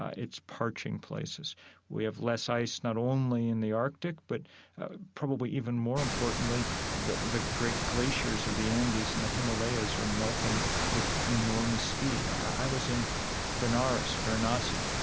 ah it's parching places we have less ice not only in the arctic but probably even more importantly the the great glaciers of the andes and the himalayas are melting with enormous speed. i was in benares, varanasi,